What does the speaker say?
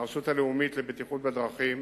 הרשות הלאומית לבטיחות בדרכים